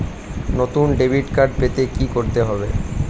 নতুন debit card পেতে কী করতে হবে?